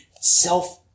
self